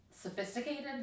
sophisticated